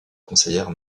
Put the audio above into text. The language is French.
conseillère